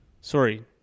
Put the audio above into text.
Sorry